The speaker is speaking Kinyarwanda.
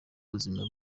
buzima